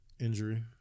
Injury